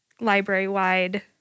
library-wide